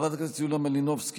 חברת הכנסת יוליה מלינובסקי,